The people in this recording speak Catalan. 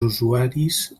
usuaris